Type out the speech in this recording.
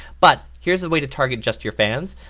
but here is a way to target just your fans.